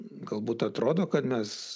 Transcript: galbūt atrodo kad mes